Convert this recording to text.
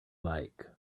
like